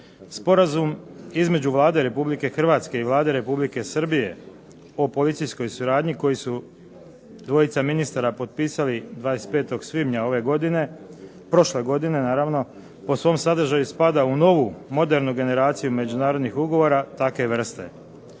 Sporazum između Vlade Republike Hrvatske i Vlade Republike Srbije o policijskoj suradnji koji su dvojica ministara potpisali 25. svibnja prošle godine po svom sadržaju spada u novu modernu generaciju međunarodnih ugovora takve vrste.